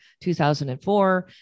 2004